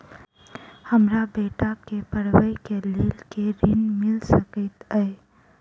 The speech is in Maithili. हमरा बेटा केँ पढ़ाबै केँ लेल केँ ऋण मिल सकैत अई?